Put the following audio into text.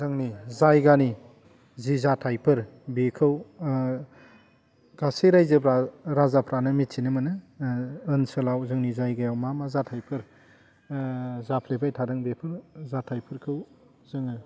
जोंनि जायगानि जि जाथाइफोर बेखौ गासै रायजोफ्रा राजाफ्रानो मिथिनो मोनो ओनसोलाव जोंनि जायगायाव मा मा जाथाइफोर जाफ्लेबाय थादों बेफोर जाथाइफोरखौ जोङो